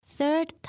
Third